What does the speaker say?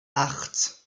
acht